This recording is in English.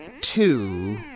two